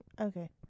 okay